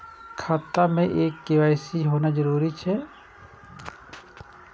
खाता में के.वाई.सी होना जरूरी छै?